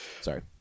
Sorry